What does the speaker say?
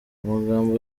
amagambo